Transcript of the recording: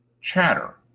chatter